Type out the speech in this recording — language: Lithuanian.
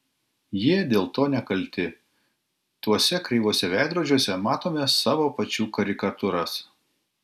jie dėl to nekalti tuose kreivuose veidrodžiuose matome savo pačių karikatūras